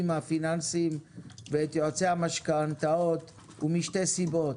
הפיננסים ואת יועצי המשכנתאות הוא משתי סיבות.